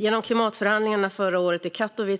Genom klimatförhandlingarna i Katowice